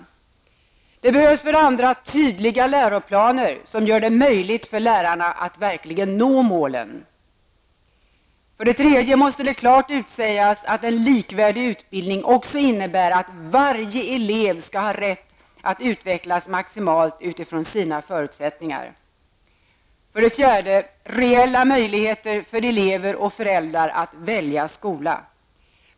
För det andra behövs det tydliga läroplaner som gör det möjligt för lärarna att verkligen nå målen. För det tredje måste det klart utsägas att en likvärdig utbildning också innebär att varje elev skall ha rätt att utvecklas maximalt utifrån sina förutsättningar. För det fjärde bör det finnas reella möjligheter för elever och föräldrar att välja skola.